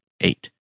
eight